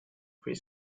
pre